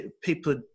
people